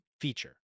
feature